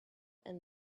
and